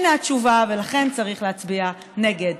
הינה התשובה, ולכן צריך להצביע נגד.